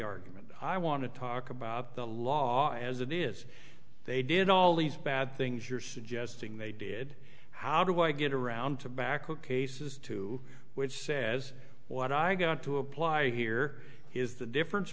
argument i want to talk about the law as it is they did all these bad things you're suggesting they did how do i get around to back to cases to which says what i got to apply here is the difference